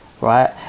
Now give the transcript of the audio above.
right